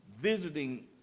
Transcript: visiting